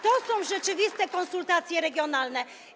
To były rzeczywiste konsultacje regionalne.